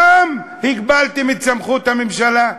גם הגבלתם את סמכות הממשלה.